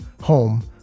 home